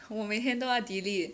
我每天都要 delete